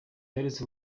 aherutse